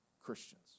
Christians